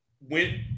went